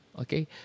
Okay